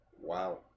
Wow